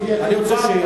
אני כמובן,